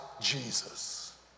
Jesus